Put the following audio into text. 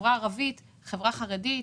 החברה הערבית, החברה החרדית.